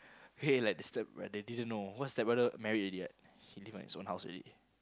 k like the stepbrother didn't know cause stepbrother married already he live on his house already